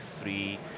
three